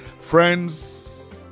Friends